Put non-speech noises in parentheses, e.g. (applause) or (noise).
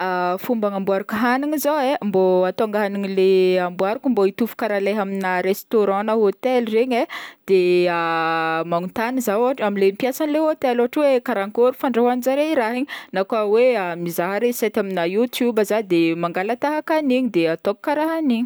(hesitation) Fomba anamboarako hagniny zao e, mbô atonga le hagniny le (hesitation) amboariko leha amina restaurant na hotely regny, de (hesitation) magnotany za ôhatra amle mpiasan'ny le hotel, ôhatra hoe karankôry fandrahoanjare i raha igny, na koa hoe mizaha resety azmina youtube za de mangala tahaka agniny, de ataoko karaha agniny.